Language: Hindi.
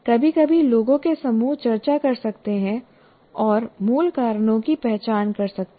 कभी कभी लोगों के समूह चर्चा कर सकते हैं और मूल कारणों की पहचान कर सकते हैं